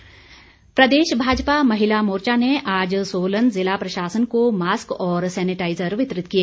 महिला मोर्चा प्रदेश भाजपा महिला मोर्चा ने आज सोलन ज़िला प्रशासन को मास्क और सैनिटाइज़र वितरित किए